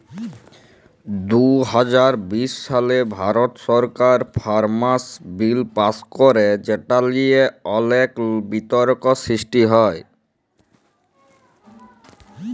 দু হাজার বিশ সালে ভারত সরকার ফার্মার্স বিল পাস্ ক্যরে যেট লিয়ে অলেক বিতর্ক সৃষ্টি হ্যয়